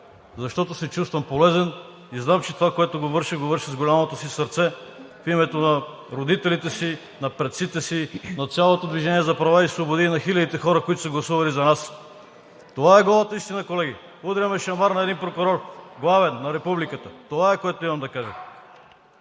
защото се чувствам полезен и знам, че това, което върша, го върша с голямото си сърце в името на родителите си, на предците си, на цялото „Движение за права и свободи“ и на хилядите хора, които са гласували за нас. Това е голата истина, колеги! Удряме шамар на един прокурор – главен, на Републиката. Това е, което имам да кажа.